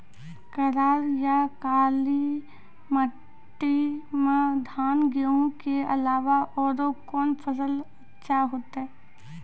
करार या काली माटी म धान, गेहूँ के अलावा औरो कोन फसल अचछा होतै?